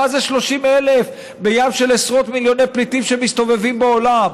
מה זה 30,000 בים של עשרות מיליוני פליטים שמסתובבים בעולם?